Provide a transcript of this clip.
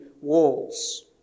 walls